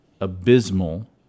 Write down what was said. abysmal